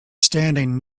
standing